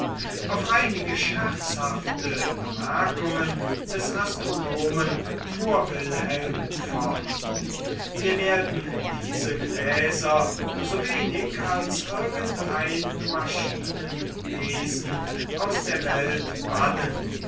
auf einige scherzhafte bemerkungen des astronomen fuhr wilhelm fort wir werden diese gläser so wenig als irgendein maschinenwesen aus der welt bannen